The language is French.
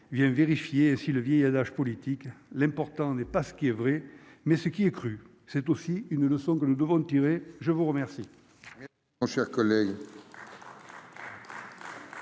vient vérifier si le vieil adage politique l'important n'est pas ce qui est vrai, mais ce qui est cru, c'est aussi une leçon que nous devons tirer je vous remercie.